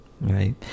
right